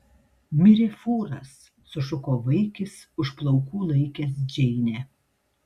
mirė fūras sušuko vaikis už plaukų laikęs džeinę